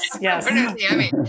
yes